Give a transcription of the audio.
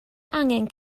angen